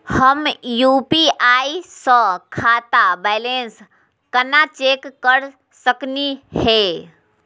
हम यू.पी.आई स खाता बैलेंस कना चेक कर सकनी हे?